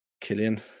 Killian